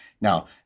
Now